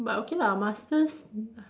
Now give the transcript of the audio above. but okay lah masters